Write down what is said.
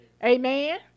Amen